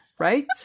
right